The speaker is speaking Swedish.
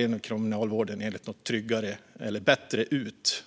Inom Kriminalvården jobbar man enligt det som kallas bättre ut: